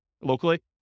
locally